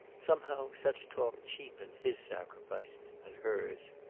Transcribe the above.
somehow such talk cheapened his sacrifice and hers.